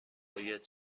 باید